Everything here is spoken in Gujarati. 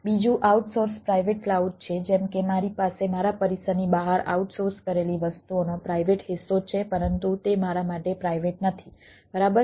બીજું આઉટસોર્સ પ્રાઇવેટ ક્લાઉડ છે જેમ કે મારી પાસે મારા પરિસરની બહાર આઉટસોર્સ કરેલી વસ્તુઓનો પ્રાઇવેટ હિસ્સો છે પરંતુ તે મારા માટે પ્રાઇવેટ નથી બરાબર